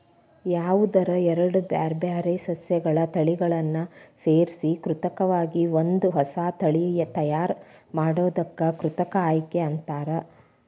ಯಾವದರ ಎರಡ್ ಬ್ಯಾರ್ಬ್ಯಾರೇ ಸಸ್ಯಗಳ ತಳಿಗಳನ್ನ ಸೇರ್ಸಿ ಕೃತಕವಾಗಿ ಒಂದ ಹೊಸಾ ತಳಿ ತಯಾರ್ ಮಾಡೋದಕ್ಕ ಕೃತಕ ಆಯ್ಕೆ ಅಂತಾರ